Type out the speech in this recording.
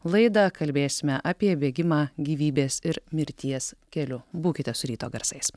laidą kalbėsime apie bėgimą gyvybės ir mirties keliu būkite su ryto garsais